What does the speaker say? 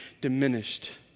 diminished